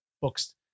books